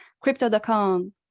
Crypto.com